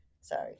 sorry